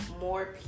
more